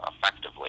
effectively